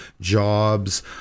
jobs